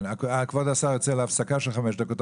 כבוד השר יוצא להפסקה של חמש דקות.